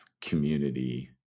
community